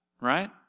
right